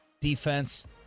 defense